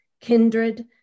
kindred